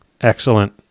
Excellent